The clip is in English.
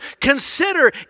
Consider